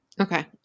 Okay